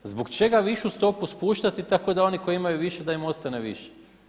Zbog čega višu stopu spuštati tako da oni koji imaju više da im ostane više.